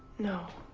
no.